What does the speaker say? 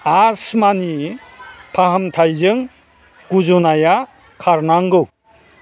आस्थ'मानि फाहामथाइजों गुजुनाया खारनांगौ